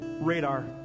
radar